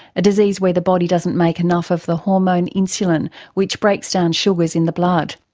a disease where the body doesn't make enough of the hormone insulin which breaks down sugars in the blood.